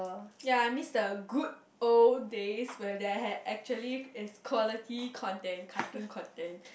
ya I miss the good old days where there had actually is quality content cartoon content